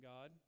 God